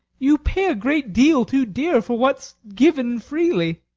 you pay a great deal too dear for what's given freely.